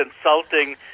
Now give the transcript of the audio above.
insulting